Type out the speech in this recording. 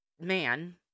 man